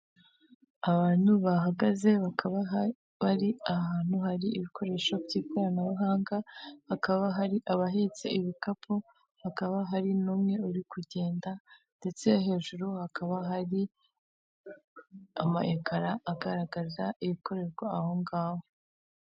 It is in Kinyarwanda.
Abantu bahagaze bakaba bari ahantu hari ibikoresho by'ikoranabuhanga, hakaba hari abahetse ibikapu, hakaba hari n'umwe uri kugenda, ndetse hejuru hakaba hari amayekara agaragaza ibikorerwa ahongaho.